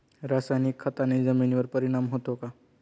रासायनिक खताने जमिनीवर परिणाम होतो का?